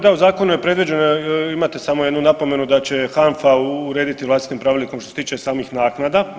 Da, u zakonu je predviđeno, imate samo jednu napomenu da će HANFA urediti vlastitim pravilnikom što se tiče samih naknada.